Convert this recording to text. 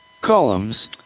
Columns